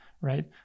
right